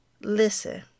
Listen